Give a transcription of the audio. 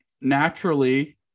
naturally